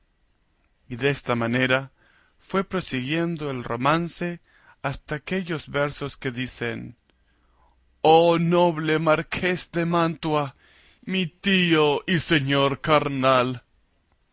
y desta manera fue prosiguiendo el romance hasta aquellos versos que dicen oh noble marqués de mantua mi tío y señor carnal